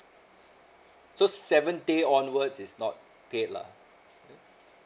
so seven day onwards is not paid lah